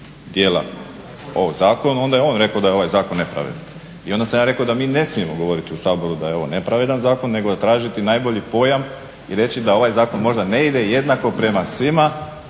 dijela ovog zakona onda je on rekao da je ovaj zakon nepravedan. I onda sam ja rekao da mi ne smijemo govoriti u Saboru da je on nepravedan zakon nego tražiti najbolji pojam i reći da možda ovaj zakon ne ide jednako prema svima